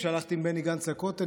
כשהלכתי עם בני גנץ לכותל,